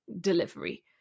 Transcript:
delivery